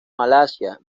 malasia